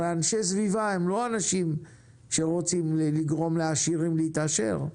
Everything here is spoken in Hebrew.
הרי אנשי סביבה הם לא אנשים שרוצים לגרום לעשירים להתעשר.